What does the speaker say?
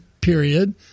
Period